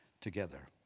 together